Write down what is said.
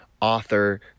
author